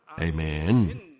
Amen